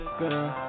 girl